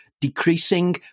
decreasing